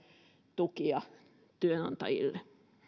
tukia työnantajille